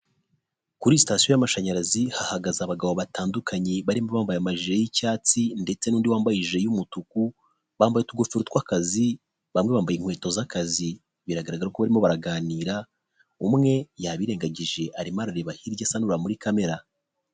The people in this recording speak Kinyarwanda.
Kuri sitasiyo y'amashanyarazi hahagaze abagabo batandukanye, barimo bambaye amajire y'icyatsi ndetse n'undi wambaye ijire y'umutuku, bambaye utugofero tw'akazi bamwe bambaye inkweto z'akazi biragaragara ko barimo baraganira, umwe yabirengagije arimo arareba hirya asa nkureba muri kamera